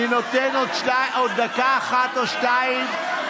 אני נותן עוד דקה אחת או שתיים,